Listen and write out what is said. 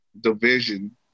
division